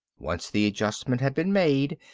once the adjustment had been made,